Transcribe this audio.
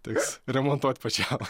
teks remontuot pačiam